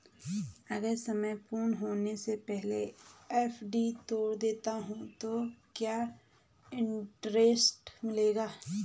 अगर समय पूर्ण होने से पहले एफ.डी तोड़ देता हूँ तो क्या इंट्रेस्ट मिलेगा?